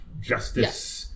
justice